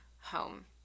home